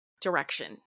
direction